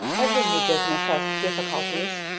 every new business has difficulties,